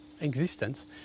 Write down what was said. existence